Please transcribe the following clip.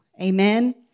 Amen